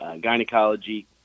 gynecology